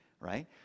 right